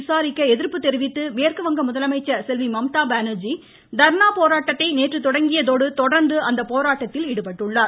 விசாரிக்க எதிர்ப்பு தெரிவித்து மேற்கு வங்க முதலமைச்சர் செல்வி மம்தா பானர்ஜி தர்ணா போராட்டத்தை நேற்று தொடங்கியதோடு தொடர்ந்து அப்போராட்டத்தில் ஈடுபட்டுள்ளார்